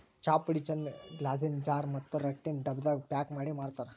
ಚಾಪುಡಿ ಚಂದ್ ಗ್ಲಾಸಿನ್ ಜಾರ್ ಮತ್ತ್ ರಟ್ಟಿನ್ ಡಬ್ಬಾದಾಗ್ ಪ್ಯಾಕ್ ಮಾಡಿ ಮಾರ್ತರ್